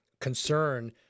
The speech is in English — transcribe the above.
concern